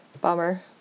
Bummer